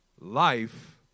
life